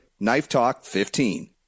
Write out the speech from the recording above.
KNIFETALK15